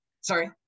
sorry